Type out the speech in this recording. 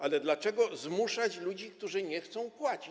Ale dlaczego zmuszać ludzi, którzy nie chcą płacić?